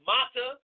Mata